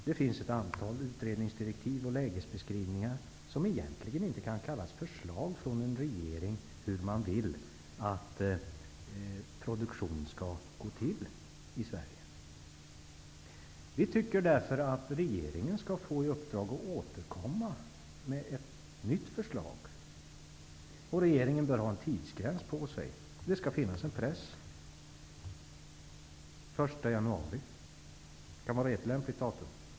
Det finns ett antal utredningsdirektiv och lägesbeskrivningar som egentligen inte kan kallas för förslag från en regering på hur man vill att produktion skall bedrivas i Sverige. Vi tycker därför att regeringen skall få i uppdrag att återkomma med ett nytt förslag. Regeringen bör få en tidsgräns. Det skall finnas en press. Den 1 januari kan vara ett lämpligt datum.